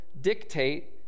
dictate